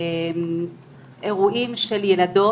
כשמגיעים אירועים של ילדות